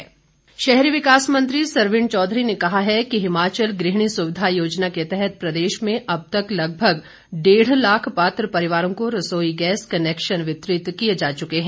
सरवीण चौधरी शहरी विकास मंत्री सरवीण चौधरी ने कहा है कि हिमाचल गृहिणी सुविधा योजना के तहत प्रदेश में अब तक लगभग डेढ़ लाख पात्र परिवारों को रसोई गैस कनेक्शन वितरित किए जा चुके हैं